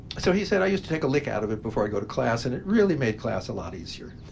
so he said, i used to take a lick out of it before i'd go to class, and it really made class a lot easier.